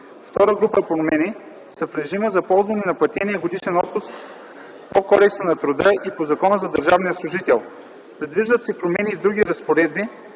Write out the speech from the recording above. Втората група промени са в режима на ползване на платения годишен отпуск по Кодекса на труда и по Закона за държавния служител. Предвиждат се промени и в други разпоредби,